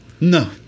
No